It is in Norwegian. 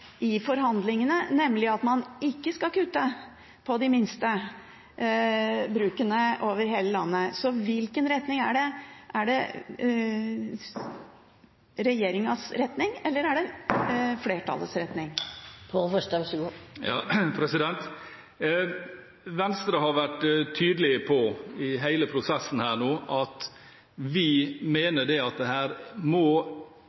i forhandlingene, nemlig at man ikke skal kutte for de minste brukene over hele landet? Hvilken retning er det – er det regjeringens retning, eller er det flertallets retning? Vi i Venstre har i hele prosessen nå vært tydelige på at vi mener at man må